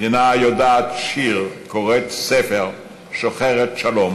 מדינה היודעת שיר, קוראת ספר, שוחרת שלום